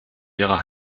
ihre